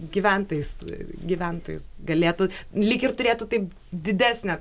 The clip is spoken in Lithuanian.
gyventojais gyventojus galėtų lyg ir turėtų taip didesnę